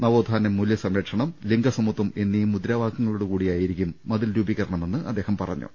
നവോത്ഥാനമൂല്യസംരക്ഷണം ലിംഗ സമത്പം എന്നീ മുദ്രാവാക്യങ്ങളോടുകൂടിയായിരിക്കും മതിൽരൂപീകരണ മെന്നും അദ്ദേഹം പറഞ്ഞു